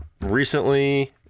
recently